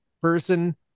person